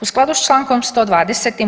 U skladu s čl. 120.